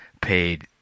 paid